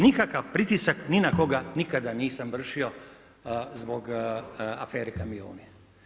Nikakav pritisak ni na koga nikada nisam vršio zbog afere kamioni.